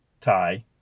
tie